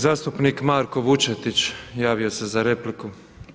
Zastupnik Marko Vučetić javio se za repliku.